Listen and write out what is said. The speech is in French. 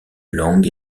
langue